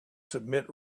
submit